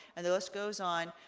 and the list goes on.